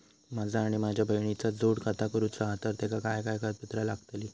माझा आणि माझ्या बहिणीचा जोड खाता करूचा हा तर तेका काय काय कागदपत्र लागतली?